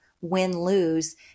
win-lose